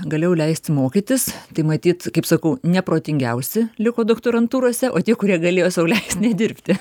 galėjau leisti mokytis tai matyt kaip sakau ne protingiausi liko doktorantūrose o tie kurie galėjo sau leist nedirbti